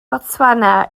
botswana